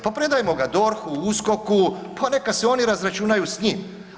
Pa predajmo ga DORH-u, USKOK-u pa neka se oni razračunaju s njim.